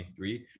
23